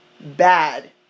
bad